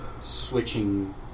switching